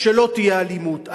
שלא תהיה אלימות.